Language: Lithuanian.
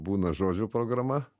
būna žodžių programa